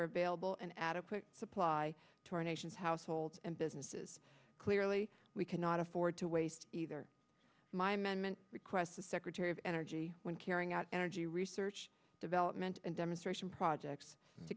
are available and adequate supply to our nation's households and businesses clearly we cannot afford to waste either my management requests the secretary of energy when carrying out energy research development and demonstration projects to